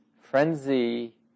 frenzy